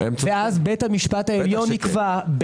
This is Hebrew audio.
ואז בית המשפט העליון יקבע,